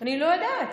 אני לא יודעת.